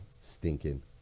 stinking